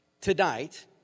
tonight